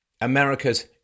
America's